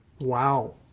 Wow